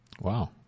Wow